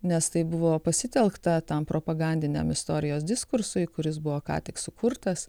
nes tai buvo pasitelkta tam propagandiniam istorijos diskursui kuris buvo ką tik sukurtas